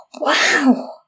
Wow